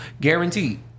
Guaranteed